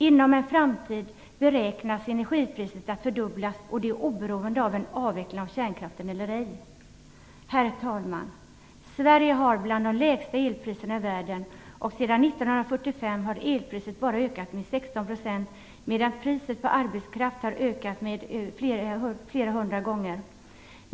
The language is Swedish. Inom en framtid beräknas energipriset att fördubblas, och det oberoende av en avveckling av kärnkraften. Herr talman! Sverige har bland de lägsta elpriserna i världen. Sedan 1945 har elpriset bara ökat med 16 %, medan priset på arbetskraft har ökat med flera hundra gånger så mycket.